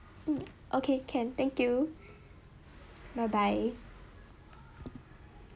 um okay can thank you bye bye